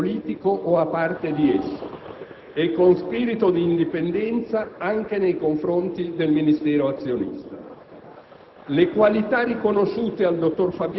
alcuna subalternità al potere politico o a parte di esso, e con spirito di indipendenza anche nei confronti del Ministero azionista.